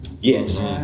Yes